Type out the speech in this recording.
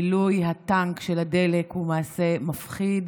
ומילוי הטנק של הדלק הוא מעשה מפחיד.